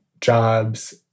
jobs